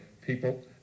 people